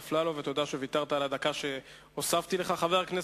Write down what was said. או הממשלה שהיא שרים ללא כלום,